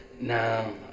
No